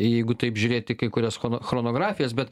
jeigu taip žiūrėt į kai kurias chronografijas bet